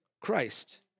Christ